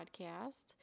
Podcast